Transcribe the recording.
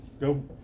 go